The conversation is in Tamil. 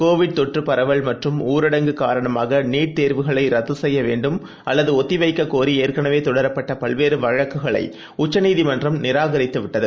கோவிட் தொற்றுப் பரவல் மற்றும் ஊரடங்கு காரணமாக நீட் தேர்வுகளைரத்துசெய்யவேண்டும் அல்லதுஒத்திவைக்கக் ஏற்கனவேதொடரப்பட்டபல்வேறுவழக்குகளைஉச்சநீதிமன்றம் கோரி நிராகரித்துவிட்டது